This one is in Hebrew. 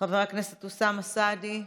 חבר הכנסת אוסאמה סעדי,